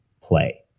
play